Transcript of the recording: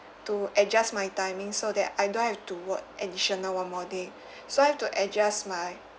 to adjust my timing so that I don't have to work additional one more day so I have to adjust my